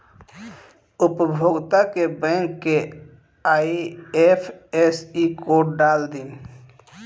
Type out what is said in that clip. उपभोगता के बैंक के आइ.एफ.एस.सी कोड डाल दी